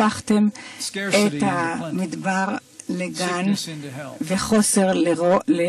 אתם הפכתם מדבר לגן, מחסור לשפע, חולי